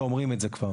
לא אומרים את זה כבר.